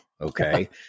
Okay